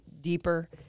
deeper